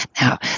now